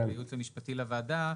של הייעוץ המשפטי לוועדה,